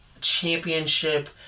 Championship